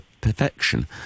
perfection